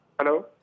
Hello